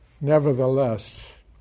nevertheless